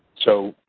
so,